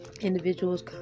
individuals